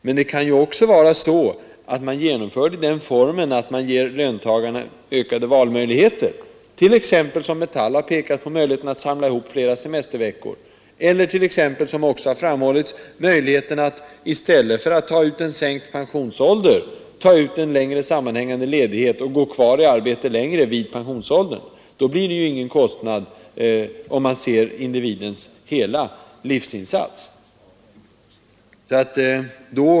Men det kan ju också vara så att man genomför en längre sammanhängande ledighet i den formen att man ger löntagarna ökade valmöjligheter, t.ex., som Metall har pekat på, att samla ihop flera semesterveckor eller att, som också har framkastats, i stället för att utnyttja en sänkt pensionsålder tidigare ta ut en längre sammanhängande ledighet och sedan gå kvar längre i arbete vid pensionsåldern. Då blir det ingen extra kostnad om man ser till individens totala livsinsats.